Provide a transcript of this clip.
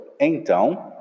então